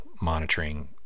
monitoring